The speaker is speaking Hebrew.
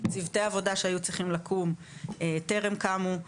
צוותי העבודה שהיו צריכים לקום טרם קמו.